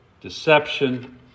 deception